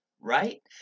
right